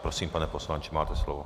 Prosím, pane poslanče, máte slovo.